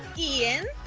ian